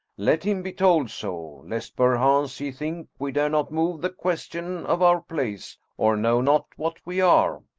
let him be told so lest, perchance, he think we dare not move the question of our place or know not what we are.